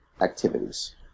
activities